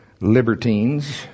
Libertines